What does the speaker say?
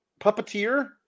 puppeteer